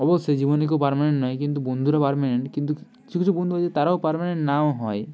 অবশ্যই জীবনে কেউ পারমানেন্ট নয় কিন্তু বন্ধুরা পারমানেন্ট কিন্তু কিছু কিছু বন্ধু আছে তারাও পারমানেন্ট নাও হয়